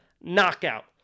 knockout